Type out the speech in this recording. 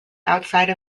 outside